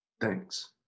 thanks